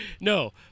No